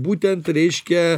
būtent reiškia